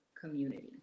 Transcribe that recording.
community